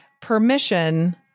permission